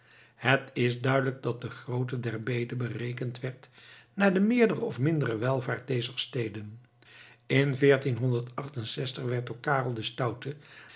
het is duidelijk dat de grootte der bede berekend werd naar de meerdere of mindere welvaart dezer steden in werd door karel den stouten